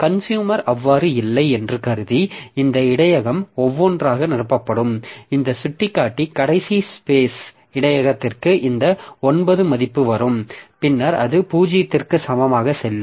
consumer அவ்வாறு இல்லை என்று கருதி இந்த இடையக ஒன்றொன்றாக நிரப்பப்படும் இந்த சுட்டிக்காட்டி கடைசி ஸ்பெஸ் இடையகத்திற்கு இந்த 9 மதிப்பு வரும் பின்னர் அது 0 க்கு சமமாக செல்லும்